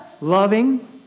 loving